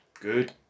Good